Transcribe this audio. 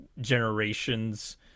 generations